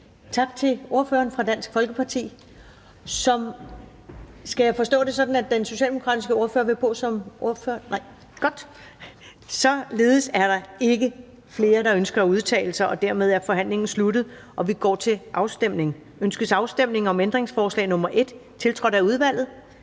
Tak til ordføreren for Dansk Folkeparti. Skal jeg forstå det sådan, at den socialdemokratiske ordfører vil op som ordfører? Nej, godt. Således er der ikke flere, der ønsker at udtale sig, og dermed er forhandlingen sluttet, og vi går til afstemning. Kl. 15:39 Afstemning Første næstformand (Karen